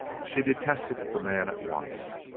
she detested the man at once.